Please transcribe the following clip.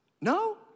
No